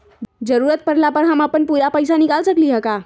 जरूरत परला पर हम अपन पूरा पैसा निकाल सकली ह का?